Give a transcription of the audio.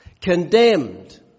condemned